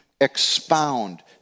expound